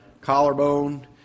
Collarbone